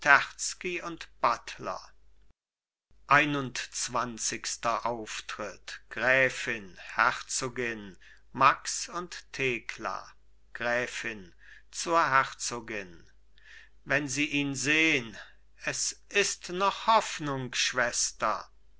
und buttler einundzwanzigster auftritt gräfin herzogin max und thekla gräfin zur herzogin wenn sie ihn sehn es ist noch